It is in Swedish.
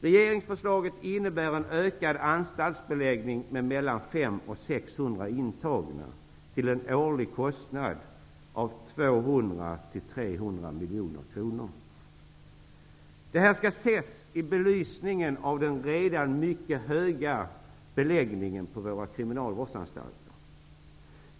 Regeringsförslaget innebär en ökad anstaltsbeläggning med mellan 500 Det här skall ses i belysning av den redan mycket höga beläggningen på våra kriminalvårdsanstalter.